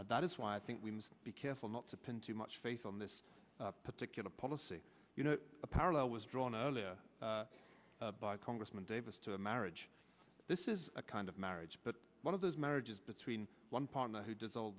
and that is why i think we must be careful not to pin too much faith on this particular policy you know a parallel was drawn up earlier by congressman davis to a marriage this is a kind of marriage but one of those marriages between one partner who does all